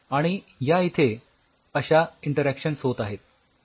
आणि या इथे अश्या इंटरॅक्शन्स होत आहेत